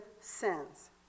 sins